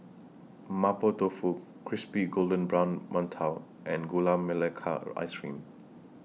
Mapo Tofu Crispy Golden Brown mantou and Gula Melaka Ice Cream